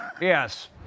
Yes